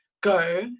go